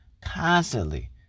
Constantly